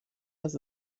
dass